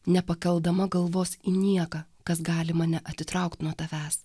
nepakeldama galvos į nieką kas gali mane atitraukt nuo tavęs